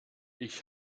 ich